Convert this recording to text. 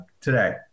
today